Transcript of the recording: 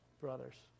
brothers